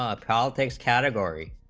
ah politics category